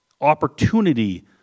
opportunity